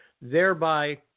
thereby